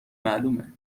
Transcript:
معلومه